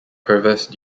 provost